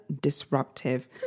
disruptive